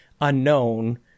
unknown